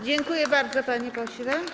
Dziękuję bardzo, panie pośle.